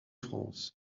france